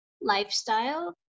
lifestyle